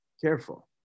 careful